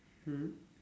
mm